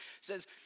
says